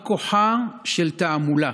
מה כוחה של תעמולה.